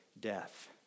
death